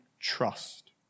trust